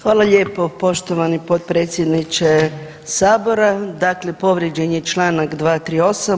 Hvala lijepo poštovani potpredsjedniče Sabora, dakle povrijeđen je članak 238.